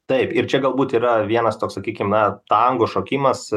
taip ir čia galbūt yra vienas toks sakykim tango šokimas